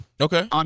Okay